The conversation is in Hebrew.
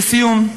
לסיום,